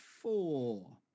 four